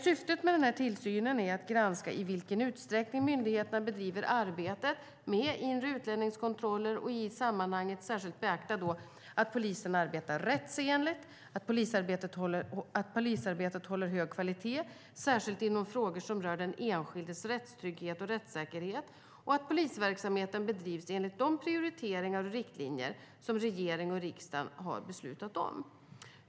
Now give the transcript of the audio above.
Syftet med tillsynen är att granska i vilken utsträckning myndigheterna bedriver arbete med inre utlänningskontroller och att i sammanhanget särskilt beakta att polisen arbetar rättsenligt, att polisarbetet håller hög kvalitet - särskilt inom frågor som rör den enskildes rättstrygghet och rättssäkerhet - och att polisverksamheten bedrivs enligt de prioriteringar och riktlinjer som riksdagen och regeringen har beslutat.